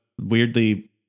weirdly